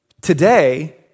Today